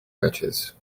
patches